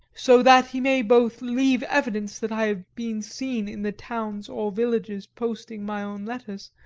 so that he may both leave evidence that i have been seen in the towns or villages posting my own letters,